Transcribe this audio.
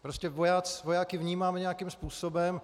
Prostě vojáky vnímáme nějakým způsobem.